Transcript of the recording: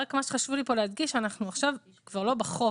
חשוב לי להדגיש שאנחנו עכשיו כבר לא בחוק.